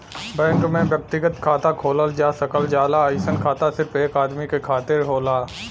bank में व्यक्तिगत खाता खोलल जा सकल जाला अइसन खाता सिर्फ एक आदमी के खातिर होला